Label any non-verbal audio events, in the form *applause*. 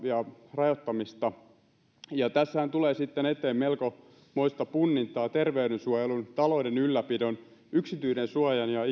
rajoittamista tässähän tulee sitten eteen melkomoista punnintaa terveydensuojelun talouden ylläpidon yksityisyydensuojan ja *unintelligible*